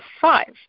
five